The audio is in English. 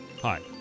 Hi